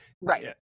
right